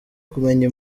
kumenya